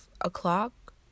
o'clock